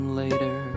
later